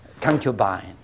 concubine